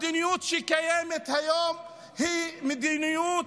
המדיניות שקיימת היום היא מדיניות